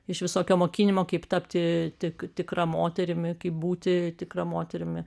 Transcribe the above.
iš visokio mokinimo kaip tapti tik tikra moterimi kaip būti tikra moterimi